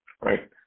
right